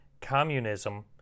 communism